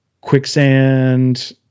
Quicksand